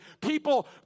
People